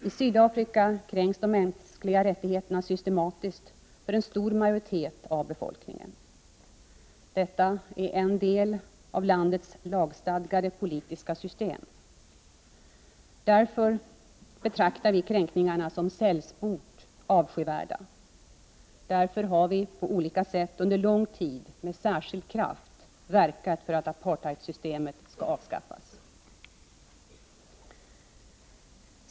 I Sydafrika kränks de mänskliga rättigheterna systematiskt för en stor majoritet av befolkningen. Detta är en del av landets lagstadgade politiska system. Därför betraktar vi kränkningarna som sällsport avskyvärda. Därför har vi också på olika sätt under lång tid med särskild kraft verkat för att apartheidsystemet skall avskaffas.